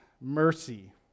mercy